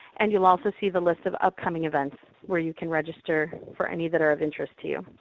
and you'll also see the list of upcoming events where you can register for any that are of interest to